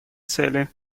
цели